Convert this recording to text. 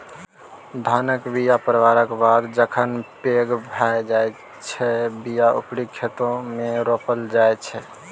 धानक बीया पारबक बाद जखन पैघ भए जाइ छै बीया उपारि खेतमे रोपल जाइ छै